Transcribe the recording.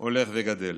הולך וגדל,